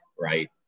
right